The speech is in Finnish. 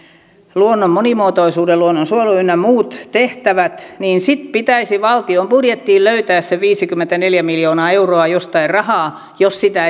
luonnon monimuotoisuuden luonnonsuojelun ynnä muut tehtävät niin sitten pitäisi valtion budjettiin löytää se viisikymmentäneljä miljoonaa euroa jostain rahaa jos sitä